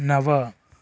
नव